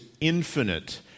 infinite